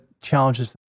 challenges